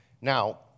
Now